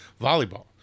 volleyball